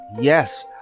yes